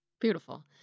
Beautiful